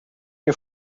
you